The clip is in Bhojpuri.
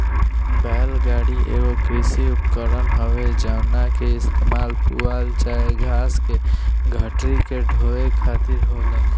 बैल गाड़ी एगो कृषि उपकरण हवे जवना के इस्तेमाल पुआल चाहे घास के गठरी के ढोवे खातिर होला